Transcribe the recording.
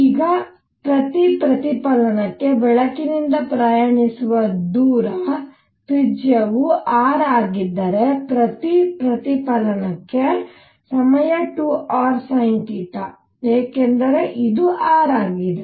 ಈಗ ಪ್ರತಿ ಪ್ರತಿಫಲನಕ್ಕೆ ಬೆಳಕಿನಿಂದ ಪ್ರಯಾಣಿಸುವ ದೂರ ತ್ರಿಜ್ಯವು r ಆಗಿದ್ದರೆ ಪ್ರತಿ ಪ್ರತಿಫಲನಕ್ಕೆ ಸಮಯ 2rsinθ ಏಕೆಂದರೆ ಇದು r ಆಗಿದೆ